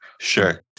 Sure